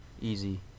easy